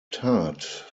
tat